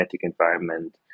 environment